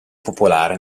popolare